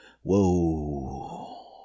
Whoa